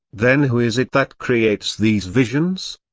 then who is it that creates these visions?